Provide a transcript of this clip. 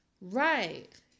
Right